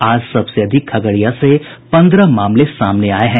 आज सबसे अधिक खगड़िया से पन्द्रह मामले सामने आये हैं